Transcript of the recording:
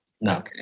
no